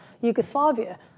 Yugoslavia